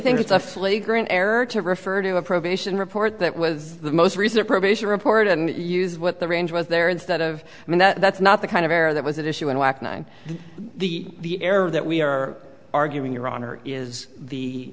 think it's a flagrant error to refer to a probation report that was the most recent probation report and use what the range was there instead of i mean that's not the kind of error that was issuing whack nine the error that we are arguing your honor is the